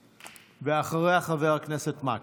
אחריה, חבר הכנסת מקלב.